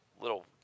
little